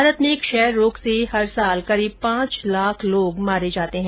भारत में क्षय रोग से हर वर्ष करीब पांच लाख लोग मारे जाते हैं